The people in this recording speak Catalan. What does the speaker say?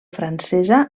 francesa